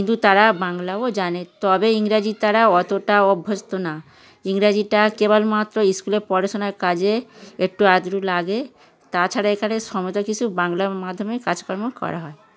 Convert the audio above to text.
কিন্তু তারা বাংলাও জানে তবে ইংরাজি তারা অতটা অভ্যস্ত না ইংরাজিটা কেবলমাত্র স্কুলে পড়াশোনার কাজে একটু আধটু লাগে তাছাড়া এখানে সমস্ত কিছু বাংলার মাধ্যমে কাজকর্ম করা হয়